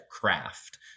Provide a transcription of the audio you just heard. craft